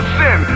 sin